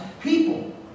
people